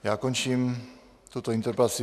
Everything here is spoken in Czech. Já končím tuto interpelaci.